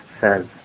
says